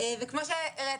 וכמו שהראית,